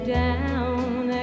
down